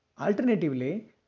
alternatively